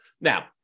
Now